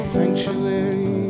Sanctuary